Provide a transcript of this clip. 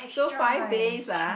so five days ah